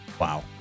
Wow